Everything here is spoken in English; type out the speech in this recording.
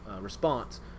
response